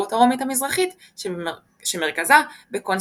והקיסרות הרומית המזרחית שמרכזה בקונסטנטינופול.